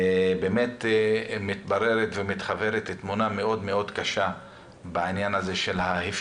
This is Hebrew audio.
באמת מתבררת ומתחוורת תמונה מאוד-מאוד קשה והפקרות